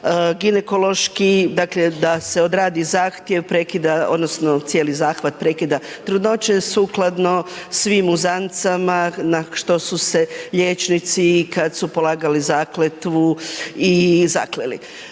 ginekološki, da se odradi zahtjev prekida, odnosno cijeli zahvat prekida trudnoće sukladno svim uzancama na što su se liječnici, kad su polagali zakletvu i zakleli.